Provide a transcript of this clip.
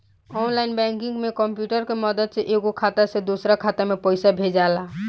online banking में computer के मदद से एगो खाता से दोसरा खाता में पइसा भेजाला